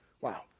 Wow